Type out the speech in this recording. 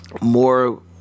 more